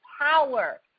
power